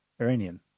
Iranian